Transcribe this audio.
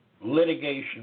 litigation